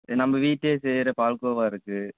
நம்ம வீட்லேயே செய்கிற பால்கோவா இருக்குது